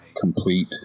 complete